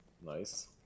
Nice